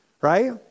right